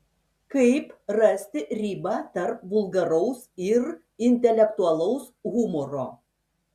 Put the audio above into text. kaip rasti ribą tarp vulgaraus ir intelektualaus humoro